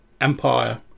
empire